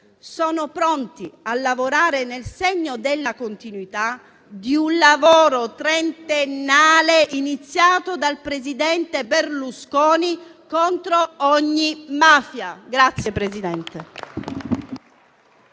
sono pronti a lavorare nel segno della continuità di un lavoro trentennale iniziato dal presidente Berlusconi contro ogni mafia.